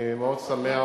אני מאוד שמח,